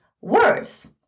words